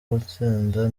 gutsinda